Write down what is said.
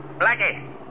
Blackie